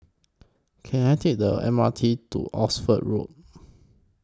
Can I Take The M R T to Oxford Road